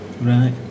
Right